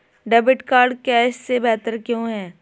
Debit card cash से बेहतर क्यों है?